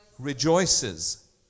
rejoices